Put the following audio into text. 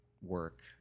work